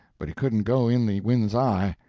but he couldn't go in the wind's eye.